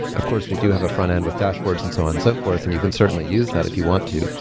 of course, we do have a frontend with dashboards and so and so forth and you can certainly use that if you want to.